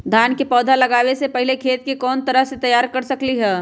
धान के पौधा लगाबे से पहिले खेत के कोन तरह से तैयार कर सकली ह?